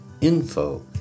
info